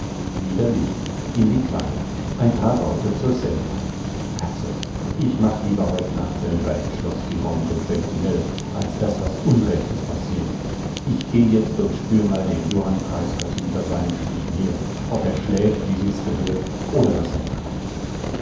wieder licht in die kleider ein paar worte zur centa katzel ich mach lieber heut nacht selber im schloß die rond und sentinelle als daß was unrechtes passiert ich geh jetzt und spür mal dem johann preisgott hinter seinen schlichen her ob er schläft wie sich's gehört oder was er treibt